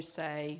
say